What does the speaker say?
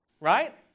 right